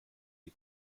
die